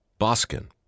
Boskin